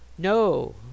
No